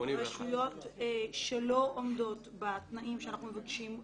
רשויות שלא עומדות בתנאים שאנחנו מבקשים,